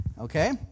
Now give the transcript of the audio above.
Okay